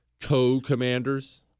co-commanders